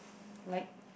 like